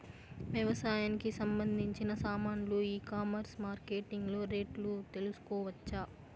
వ్యవసాయానికి సంబంధించిన సామాన్లు ఈ కామర్స్ మార్కెటింగ్ లో రేట్లు తెలుసుకోవచ్చా?